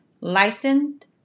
licensed